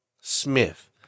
Smith